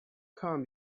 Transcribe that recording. come